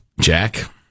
Jack